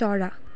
चरा